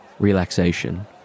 relaxation